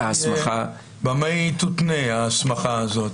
במה היא תותנה ההסמכה הזאת?